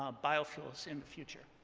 ah biofuels in the future,